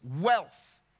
wealth